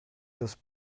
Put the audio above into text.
das